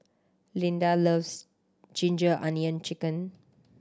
Lyda loves ginger onion chicken